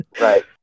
Right